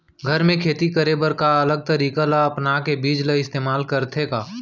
घर मे खेती करे बर का अलग तरीका ला अपना के बीज ला इस्तेमाल करथें का?